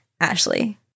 Ashley